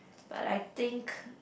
but I think